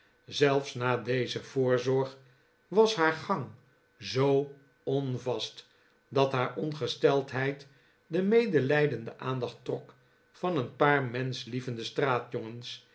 zelfs na deze voorzorg was haar gang zoo onvast dat haar ongesteldheid de medelijdende aandacht trok van een paar menschlievende